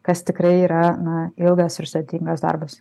kas tikrai yra na ilgas ir sudėtingas darbas